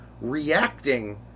reacting